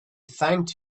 thanked